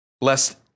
lest